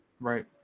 Right